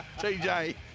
TJ